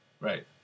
Right